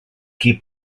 qui